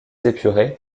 épuré